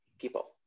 people